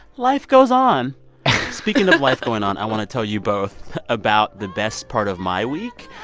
life goes on speaking of life going on, i want to tell you both about the best part of my week.